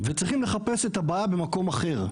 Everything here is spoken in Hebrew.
וצריכים לחפש את הבעיה במקום אחר.